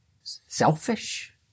selfish